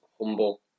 humble